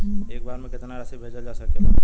एक बार में केतना राशि भेजल जा सकेला?